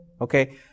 Okay